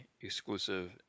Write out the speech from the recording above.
exclusive